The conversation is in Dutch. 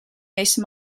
meeste